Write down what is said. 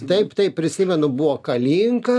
taip taip prisimenu buvo kalinka